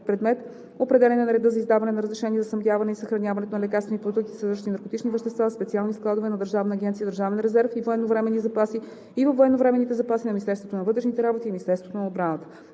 предмет определяне на реда за издаване на разрешение за снабдяването и съхраняването на лекарствени продукти, съдържащи наркотични вещества, в специалните складове на Държавна агенция „Държавен резерв и военновременни запаси“ и във